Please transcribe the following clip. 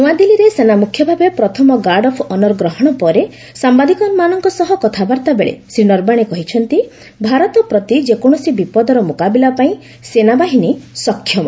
ନ୍ତଆଦିଲ୍ଲୀରେ ସେନାମୁଖ୍ୟ ଭାବେ ପ୍ରଥମ ଗାର୍ଡ଼ ଅଫ୍ ଅନର୍ ଗ୍ରହଣ ପରେ ସାମ୍ବାଦିକମାନଙ୍କ ସହ କଥାବାର୍ତ୍ତାବେଳେ ଶ୍ରୀ ନରବାଣେ କହିଛନ୍ତି ଭାରତ ପ୍ରତି ଯେକୌଣସି ବିପଦର ମୁକାବିଲା ପାଇଁ ସେନାବାହିନୀ ସକ୍ଷମ